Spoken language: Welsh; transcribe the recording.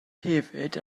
hefyd